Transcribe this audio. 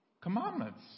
commandments